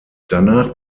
danach